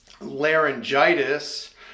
laryngitis